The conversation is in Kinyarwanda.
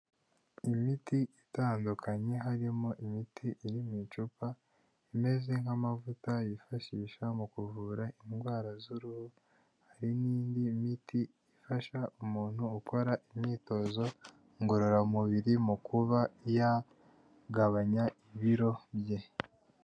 Imiti itandukanye harimo imiti iririmo icupa imeze nk'amavuta yifashisha mu kuvura indwara z'uruhu, hari n'indi miti ifasha umuntu ukora imyitozo ngororamubiri mu kuba yagabanya ibiro bye.